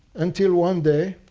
until one day,